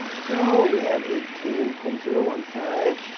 so we have eighteen point zero one five.